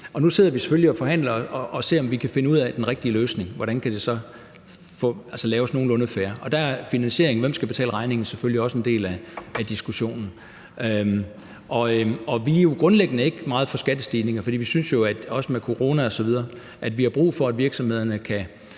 Nu sidder vi selvfølgelig og forhandler og ser på, om vi kan finde frem til den rigtige løsning, altså hvordan det kan laves nogenlunde fair, og der er finansieringen, altså hvem der skal betale regningen, selvfølgelig også en del af diskussionen. Vi er grundlæggende ikke meget for skattestigninger, for vi synes jo – også med corona osv. – at vi har brug for, at virksomhederne kan